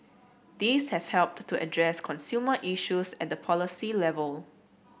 these have helped to address consumer issues at the policy level